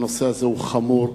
שהנושא הזה הוא חמור,